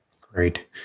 Great